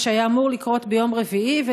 מה שהיה אמור לקרות ביום רביעי,